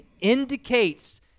indicates